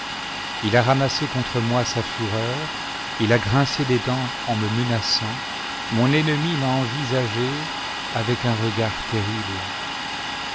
il a ramassé contre moi sa fureur il a grincé des dents en me menaçant mon ennemi m'a envisagé avec un regard terrible